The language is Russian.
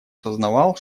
сознавал